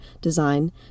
design